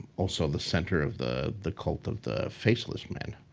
also the center of the the cult of the faceless men.